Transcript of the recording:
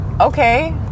Okay